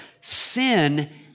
Sin